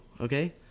okay